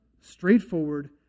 straightforward